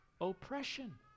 oppression